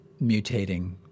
mutating